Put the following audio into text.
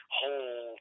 whole